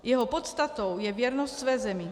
Jeho podstatou je věrnost své zemi.